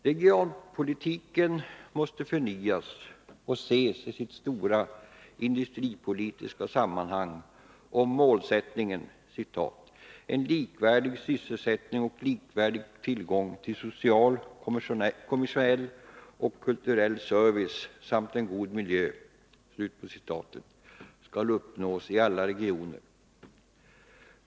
Regionalpolitiken måste förnyas och ses i sitt stora industripolitiska sammanhang, om målsättningen ”en likvärdig sysselsättning och likvärdig tillgång till social, kommersiell och kulturell service samt en god miljö” skall uppnås i alla regioner.